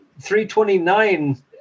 329